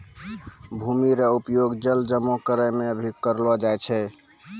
भूमि रो उपयोग जल जमा करै मे भी करलो जाय छै